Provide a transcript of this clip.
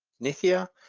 nithya,